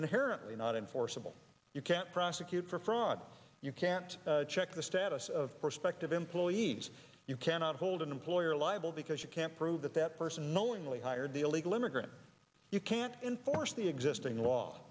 inherently not enforceable you can't prosecute for fraud you can to check the status of prospective employees you cannot hold an employer liable because you can't prove that that person knowingly hired an illegal immigrant you can't enforce the existing law